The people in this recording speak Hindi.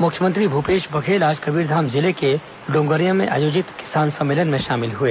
मुख्यमंत्री भूपेश बघेल आज कबीरधाम जिले के डोंगरिया में आयोजित किसान सम्मेलन में शामिल हुए